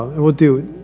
and we'll do,